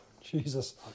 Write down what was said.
Jesus